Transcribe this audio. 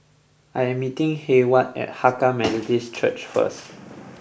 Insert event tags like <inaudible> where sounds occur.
I am meeting Heyward at Hakka <noise> Methodist Church first